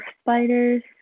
spiders